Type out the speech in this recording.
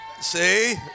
See